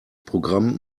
programm